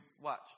Watch